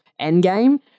Endgame